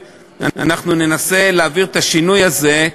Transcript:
אנחנו ננסה להעביר את השינוי הזה,